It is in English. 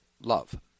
love